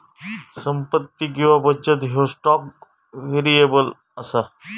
संपत्ती किंवा बचत ह्यो स्टॉक व्हेरिएबल असा